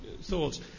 thoughts